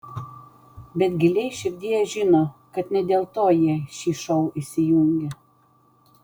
bet giliai širdyje žino kad ne dėl to jie šį šou įsijungia